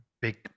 big